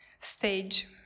stage